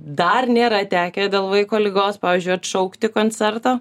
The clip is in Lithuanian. dar nėra tekę dėl vaiko ligos pavyzdžiui atšaukti koncertą